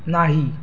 नाही